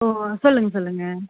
ஓ சொல்லுங்கள் சொல்லுங்கள்